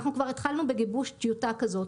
אנחנו כבר התחלנו בגיבוש טיוטה כזאת,